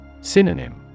Synonym